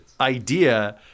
idea